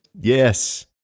Yes